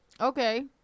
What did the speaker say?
Okay